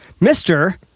Mr